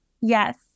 Yes